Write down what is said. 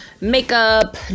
makeup